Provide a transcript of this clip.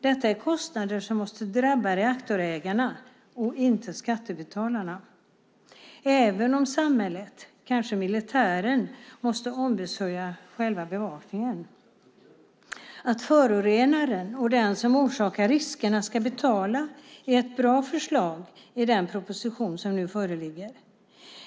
Detta är kostnader som måste drabba reaktorägarna och inte skattebetalarna, även om samhället, kanske militären, måste ombesörja själva bevakningen. Att förorenaren och den som orsakar riskerna ska betala är ett bra förslag i den proposition som nu föreligger.